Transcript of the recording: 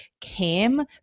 came